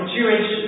Jewish